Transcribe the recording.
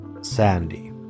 Sandy